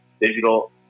digital